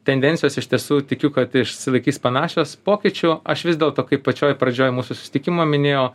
tendencijos iš tiesų tikiu kad išsilaikys panašios pokyčių aš vis dėlto kaip pačioj pradžioj mūsų susitikimo minėjau